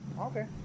okay